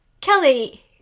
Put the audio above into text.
Kelly